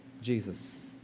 Jesus